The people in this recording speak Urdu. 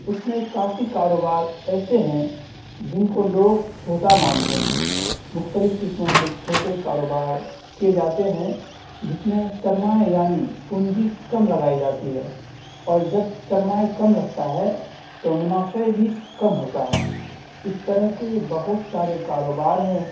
اس میں کافی کاروبار ایسے ہیں جن کو لوگ چھوٹا مانتے ہیں مختلف قسموں کے چھوٹے کاروبار کیے جاتے ہیں جس میں سرمایے یعنی پونجی کم لگائی جاتی ہے اور جب سرمایہ کم لگتا ہے تو منافع بھی کم ہوتا ہے اس طرح کے بہت سارے کاروبار ہیں